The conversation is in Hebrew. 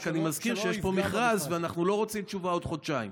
רק אני מזכיר שיש פה מכרז ואנחנו לא רוצים תשובה עוד חודשיים.